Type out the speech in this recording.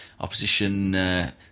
opposition